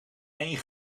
een